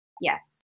Yes